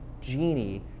genie